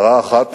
הערה אחת,